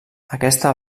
aquesta